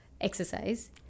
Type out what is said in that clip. exercise